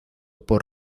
por